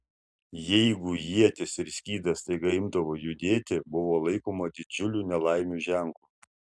jeigu ietis ir skydas staiga imdavo judėti buvo laikoma didžiulių nelaimių ženklu